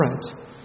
different